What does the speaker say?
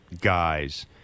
guys